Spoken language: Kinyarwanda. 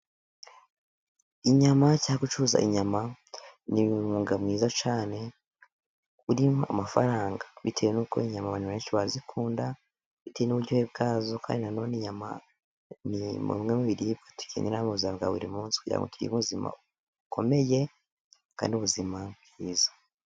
Inyama cyangwa gucuruza inyama ni umwuga mwiza cyane, urimo amafaranga bitewe n'uko inyama abantu benshi barazikunda, bitewe n'uburyohe bwazo. Kandi na none inyama ni bimwe mu biribwa dukenera mu buzima bwa buri munsi, kugira ngo tugire ubuzima bukomeye, kandi ubuzima bwiza.